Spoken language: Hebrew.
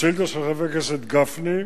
לשאילתא של חבר הכנסת גפני: